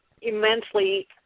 immensely